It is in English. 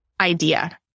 idea